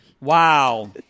Wow